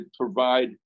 provide